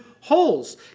holes